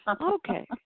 Okay